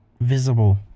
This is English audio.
visible